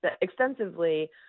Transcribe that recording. extensively